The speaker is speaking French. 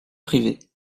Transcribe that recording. privée